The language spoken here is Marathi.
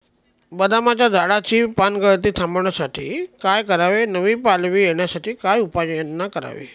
बदामाच्या झाडाची पानगळती थांबवण्यासाठी काय करावे? नवी पालवी येण्यासाठी काय उपाययोजना करावी?